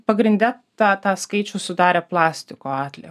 pagrinde tą tą skaičių sudarė plastiko atlie